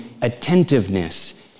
attentiveness